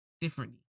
differently